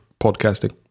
podcasting